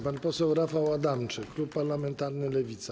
Pan poseł Rafał Adamczyk, klub parlamentarny Lewica.